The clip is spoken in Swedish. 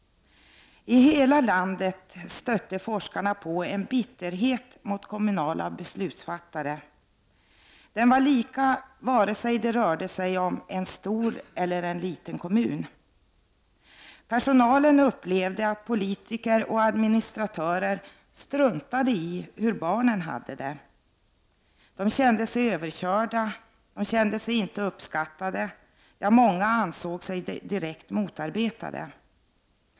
I hela landet stötte forskarna på en bitterhet mot kommunala beslutsfattare. Bitterheten var lika vare sig det rörde sig om en stor eller en liten kommun. Personalen upplevde att politiker och administratörer struntade i hur barnen hade det. De kände sig överkörda, och de kände sig inte uppskattade. Ja, många ansåg sig direkt motarbetade.